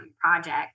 project